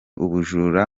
ubujura